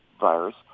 virus